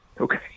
Okay